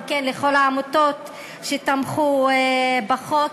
וגם כן לכל העמותות שתמכו בחוק.